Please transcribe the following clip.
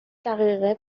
دقیقه